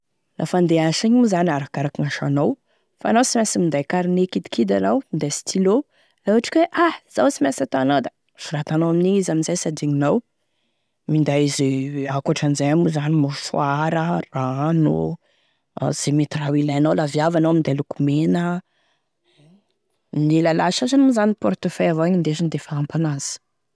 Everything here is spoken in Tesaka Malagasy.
Lafa handeha hiasa moa zany anao arakaraky e asanao, fa anao sy mainsy minday carnet kidikidy anao da minday stylo, la ohatry ka hoe ha izao sy mainsy ataonao da soratanao amin'igny izy amin'zay sy adignonao, minday ze ankoatran'izay moa zany mouchoira, rano, ze mety raha ilainao, la viavy anao minday lokomena, ne lalahy sasany moa zany portefeuille avao gn'indesindreo, defa ampy an'azy.